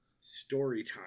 Storytime